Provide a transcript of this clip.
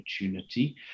opportunity